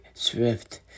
Swift